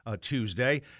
Tuesday